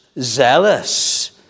zealous